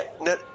no